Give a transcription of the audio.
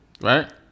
Right